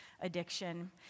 addiction